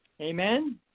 Amen